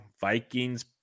Vikings